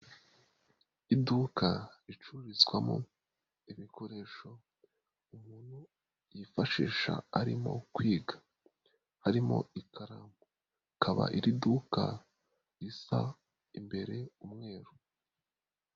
Iduka ricururizwamo ibikoresho umuntu yifashisha arimo kwiga, harimo ikaramu, akaba iri duka risa imbere umweru.